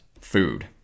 food